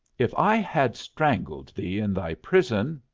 if i had strangled thee in thy prison,